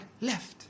left